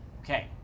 Okay